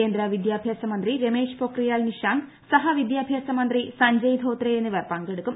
കേന്ദ്ര വിദ്യാഭ്യാസ മന്ത്രി രമേശ് പൊഖ്രിയാൽ നിഷാങ്ക് സഹവിദ്യാഭ്യാസ മന്ത്രി സഞ്ജയ് ധോത്രേ എന്നിവർ പങ്കെടുക്കും